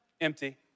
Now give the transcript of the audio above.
empty